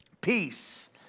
peace